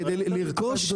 כדי לרכוש.